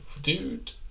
dude